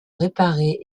réparé